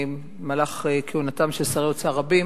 מהלך כהונתם של שרי אוצר רבים,